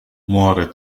muore